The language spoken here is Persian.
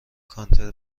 کانتر